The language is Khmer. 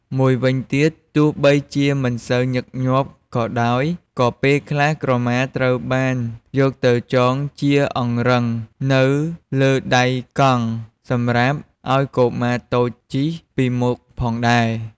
មួយវិញទៀត ទោះបីជាមិនសូវញឹកញាប់ក៏ដោយ ក៏ពេលខ្លះក្រមាត្រូវបានយកទៅចងជាអង្រឹងនៅលើដៃកង់ សម្រាប់ឱ្យកុមារតូចជិះពីមុខផងដែរ។